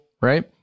right